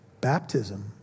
Baptism